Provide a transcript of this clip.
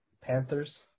Panthers